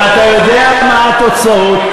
ואתה יודע מה התוצאות.